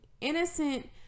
Innocent